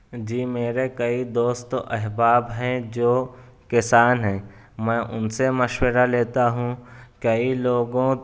جی میرے کئی دوست احباب ہیں جو کسان ہیں میں ان سے مشورہ لیتا ہوں کئی لوگوں